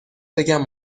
بگم